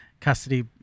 custody